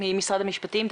ממשרד המשפטים?